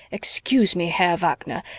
excuse me, herr wagner,